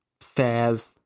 says